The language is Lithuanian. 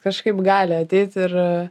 kažkaip gali ateit ir